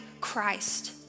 Christ